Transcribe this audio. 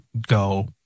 go